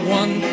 one